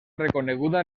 reconeguda